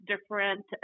different